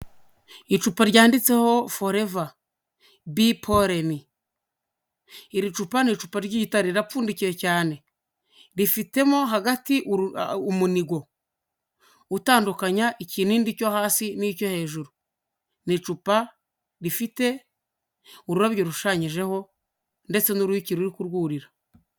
Icupa ryanditseho foreva bipolemi iri cupa n icupa ry'igitare rirapfundikiye cyane rifitemo hagati umunigo utandukanya ikinindi cyo hasi n'icyo hejuru n'icupa rifite ururabyo rushushanyijeho ndetse n'uruyuki ruri kurwurira.